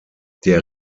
der